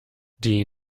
die